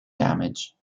damage